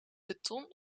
beton